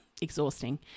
exhausting